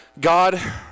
God